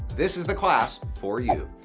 this is the class for you.